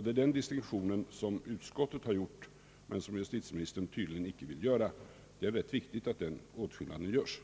Det är den distinktionen som utskottet har gjort men som justitieministern tydligen inte vill göra. Det är rätt viktigt att denna åtskillnad görs.